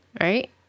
right